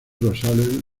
rosales